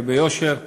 וביושר,